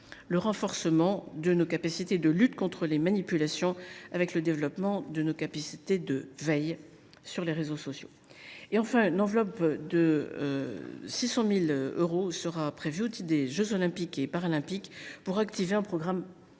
le renforcement de nos capacités de lutte contre les manipulations et le développement de nos capacités de veille sur les réseaux sociaux. Enfin, une enveloppe de 600 000 euros est prévue au titre des jeux Olympiques et Paralympiques, afin d’activer un programme spécifique